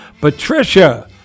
Patricia